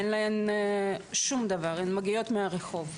אין להן שום דבר, הן מגיעות מהרחוב.